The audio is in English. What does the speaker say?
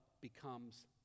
becomes